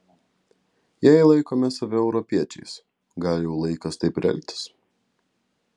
jei laikome save europiečiais gal jau laikas taip ir elgtis